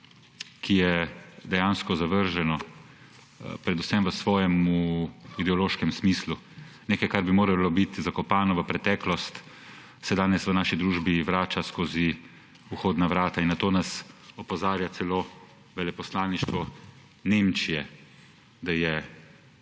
ki je dejansko zavržno predvsem v svojem ideološkem smislu. Nekaj, kar bi moralo biti zakopano v preteklost, se danes v naši družbi vrača skozi vhodna vrata. Na to nas opozarja celo veleposlaništvo Nemčije – da je